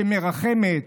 שמרחמת,